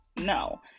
no